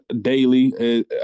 daily